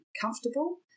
comfortable